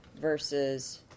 versus